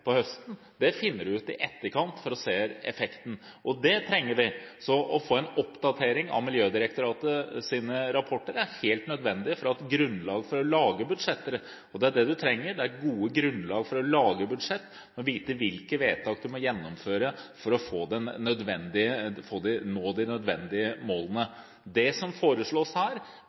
på høsten. Det finner du ut i etterkant for å se effekten, og det trenger vi. Så å få en oppdatering av Miljødirektoratets rapporter er helt nødvendig for å ha et grunnlag for å lage budsjetter. Det er det en trenger, gode grunnlag for å lage budsjetter, en må vite hvilke tiltak en må gjennomføre for å nå de nødvendige målene. Det som foreslås her,